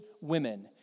women